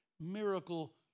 miracle